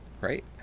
Right